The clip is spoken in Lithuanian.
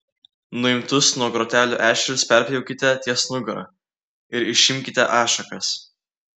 nuimtus nuo grotelių ešerius perpjaukite ties nugara ir išimkite ašakas